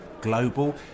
global